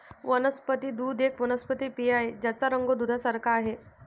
वनस्पती दूध एक वनस्पती पेय आहे ज्याचा रंग दुधासारखे आहे